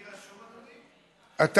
אני רשום, אדוני?